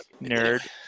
Nerd